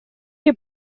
che